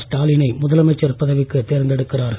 ஸ்டாலினை முதலமைச்சர் பதவிக்கு தேர்ந்தெடுக்கிறார்கள்